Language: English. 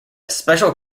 special